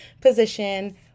position